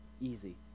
Easy